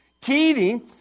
Keating